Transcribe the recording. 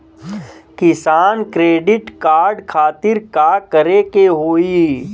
किसान credit card खातिर का करे के होई?